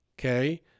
okay